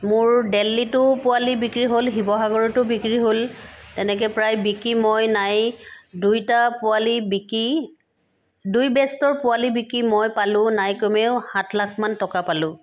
মোৰ দেল্লীতো পোৱালি বিক্ৰী হ'ল শিৱসাগৰতো বিক্ৰী হ'ল তেনেকৈ বিকি মই নাই দুইটা পোৱালি মই বিকি দুই বেষ্টৰ পোৱালি বিকি মই পালোঁ নাই কমেও সাত লাখমান টকা পালোঁ